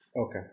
Okay